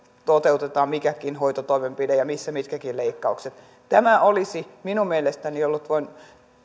toteutetaan mikäkin hoitotoimenpide ja missä mitkäkin leikkaukset tämä olisi minun mielestäni voinut